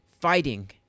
fighting